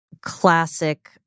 Classic